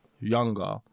younger